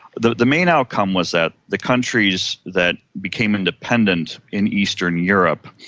the the main outcome was that the countries that became independent in eastern europe,